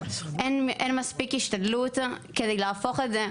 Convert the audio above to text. אין מספיק השתדלות כדי להפוך את זה.